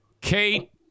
Kate